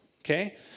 okay